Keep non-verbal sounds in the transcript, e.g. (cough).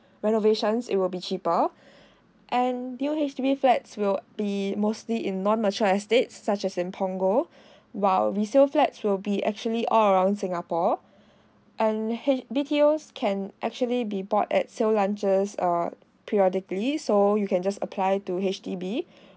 renovation it will be cheaper (breath) and new H_D_B flat will be mostly in non mature estate such as in punggol (breath) while resale flats will be actually all around singapore (breath) and H B_T_O can actually be bought at sale launches uh periodically so you can just apply to H_D_B (breath)